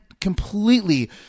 completely